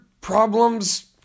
problems